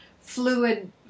fluid